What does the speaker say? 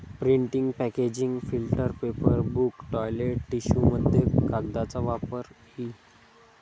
printing packaging filter paper book toilet टिश्यूमध्ये कागदाचा वापर इ